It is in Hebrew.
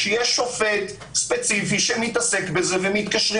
שיהיה שופט ספציפי שמתעסק בזה ומתקשרים